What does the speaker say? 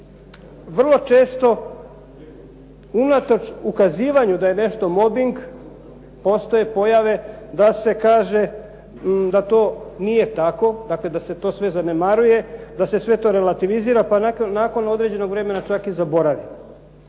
Vrlo često unatoč ukazivanju da je nešto mobing postoje pojave da se kaže da to nije tako, dakle da se to sve zanemaruje, da se sve to relativizira pa nakon određenog vremena čak i zaboravi.